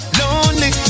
lonely